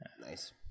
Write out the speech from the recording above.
Nice